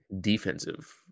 defensive